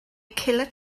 killer